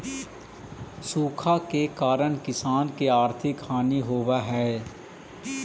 सूखा के कारण किसान के आर्थिक हानि होवऽ हइ